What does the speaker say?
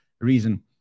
reason